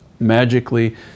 magically